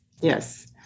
yes